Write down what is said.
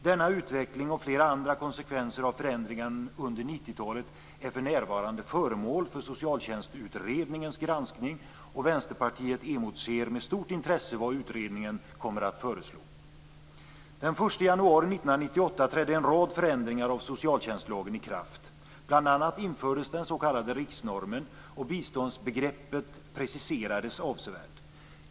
Denna utveckling och flera andra konsekvenser av förändringar under 90-talet är för närvarande föremål för socialtjänstutredningens granskning, och Vänsterpartiet emotser med stort intresse vad utredningen kommer att föreslå. riksnormen, och biståndsbegreppet preciserades avsevärt.